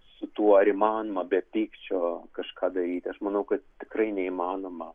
su tuo ar įmanoma be pykčio kažką daryti aš manau kad tikrai neįmanoma